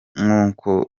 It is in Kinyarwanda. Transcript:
nk’uko